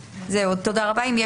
פשוט להעביר לוועדה,